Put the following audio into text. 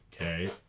Okay